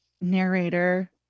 narrator